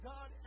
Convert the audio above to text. God